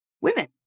women